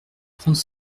trente